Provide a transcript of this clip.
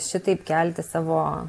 šitaip kelti savo